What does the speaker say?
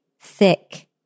thick